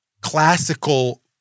classical